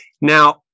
Now